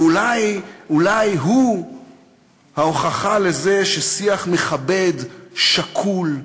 ואולי, אולי הוא ההוכחה לזה ששיח מכבד, שקול,